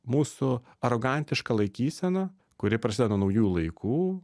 mūsų arogantišką laikyseną kuri prasideda nuo naujųjų laikų